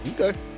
Okay